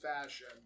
fashion